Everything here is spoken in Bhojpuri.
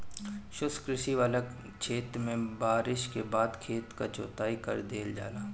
शुष्क कृषि वाला क्षेत्र में बारिस के बाद खेत क जोताई कर देवल जाला